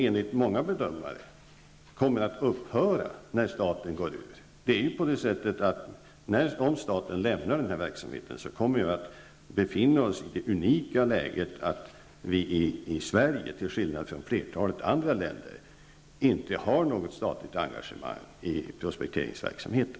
Enligt många bedömare kommer den verksamheten att upphöra när statens engagemang avvecklas. Om staten lämnar denna verksamhet kommer vi att befinna oss i det unika läget att det i Sverige till skillnad från i flertalet andra länder inte kommer att finnas något statligt engagemang i prospekteringsverksamheten.